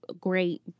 Great